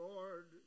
Lord